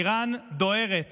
איראן דוהרת